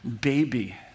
baby